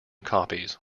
copies